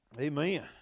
Amen